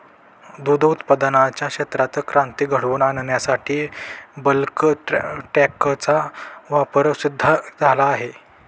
दूध उत्पादनाच्या क्षेत्रात क्रांती घडवून आणण्यासाठी बल्क टँकचा वापर सिद्ध झाला आहे